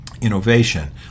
innovation